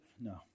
no